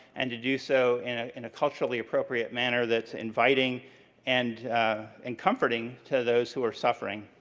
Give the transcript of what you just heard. and to do so in ah in a culturally appropriate manner that's inviting and and comforting to those who are suffering.